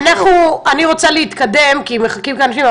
אני רוצה להתקדם כי מחכים כאן אנשים.